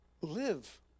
Live